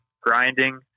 grinding